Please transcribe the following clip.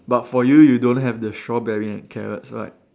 but for you you don't have the strawberry and carrots right